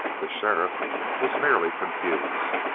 the sheriff was merely confused.